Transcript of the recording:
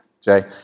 Jay